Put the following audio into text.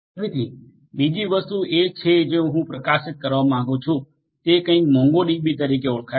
તેથી બીજી વસ્તુ કે જે હું પ્રકાશિત કરવા માંગું છું તે કંઈક મોંગોડીબી તરીકે ઓળખાય છે